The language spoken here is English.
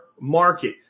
market